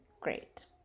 great